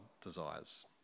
desires